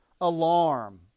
alarm